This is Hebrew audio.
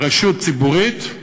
רשות ציבורית,